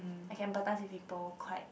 I can empathise with people quite